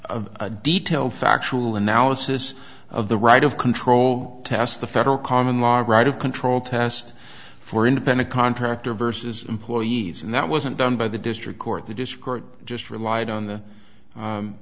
a detailed factual analysis of the right of control test the federal common law right of control test for independent contractor versus employees and that wasn't done by the district court the dischord just relied on the